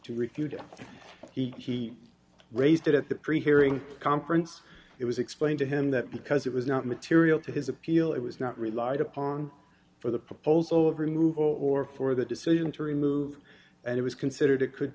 to refute it he raised it at the pre hearing conference it was explained to him that because it was not material to his appeal it was not relied upon for the proposal of removal or for the decision to remove and it was considered it could